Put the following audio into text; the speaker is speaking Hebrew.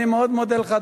אני מאוד מודה לך,